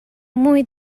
muy